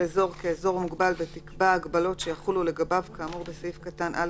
כאזור מוגבל ותקבע הגבלות שיחולו לגביו כאמור בסעיף קטן (א1)